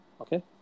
Okay